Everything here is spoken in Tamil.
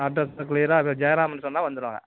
அட்ரெஸ்ஸு க்ளியர்ராக இது ஜெயராமான்னு சொன்னால் வந்துடுவாங்க